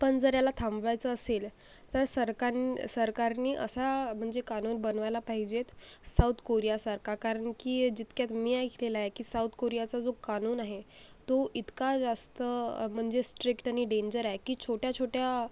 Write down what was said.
पण जर ह्याला थांबवायचं असेल तर सरकार सरकारनी असा म्हणजे कानून बनवायला पाहिजेत साऊथ कोरियासारखा कारण की जितक्यात मी ऐकलेलं आहे की साउथ कोरियाचा जो कानून आहे तो इतका जास्त म्हणजे स्ट्रिक्ट आणि डेंजर आहे की छोट्या छोट्या